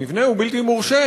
המבנה הוא בלתי מורשה,